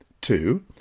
two